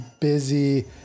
busy